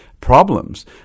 Problems